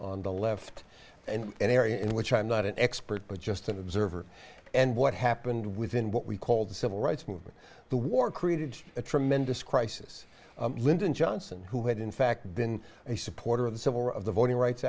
on the left and an area in which i'm not an expert but just an observer and what happened within what we called the civil rights movement the war created a tremendous crisis lyndon johnson who had in fact been a supporter of the civil war of the voting rights